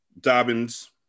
Dobbins